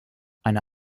eine